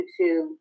YouTube